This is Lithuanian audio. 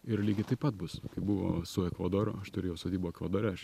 ir lygiai taip pat bus kaip buvo su ekvadoru aš turėjau sodybą ekvadore aš